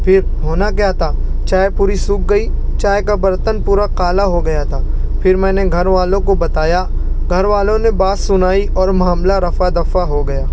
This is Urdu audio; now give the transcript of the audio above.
پھر ہونا کیا تھا چائے پوری سوکھ گئی چائے کا برتن پورا کالا ہو گیا تھا پھر میں نے گھر والوں کو بتایا گھر والوں نے بات سنائی اور معاملہ رفع دفع ہو گیا